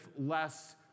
less